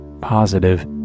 positive